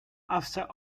after